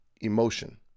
emotion